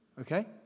okay